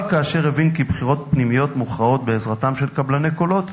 אבל כאשר הבין כי בחירות פנימיות מוכרעות בעזרתם של קבלני קולות,